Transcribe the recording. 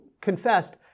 confessed